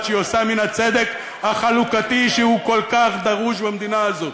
שעושה מן הצדק החלוקתי שהוא כל כך דרוש במדינה הזאת,